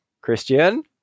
Christian